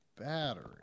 battery